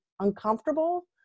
uncomfortable